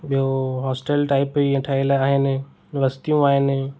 ॿियो hostel type पई ठहियल आहिनि वस्तियूं आहिनि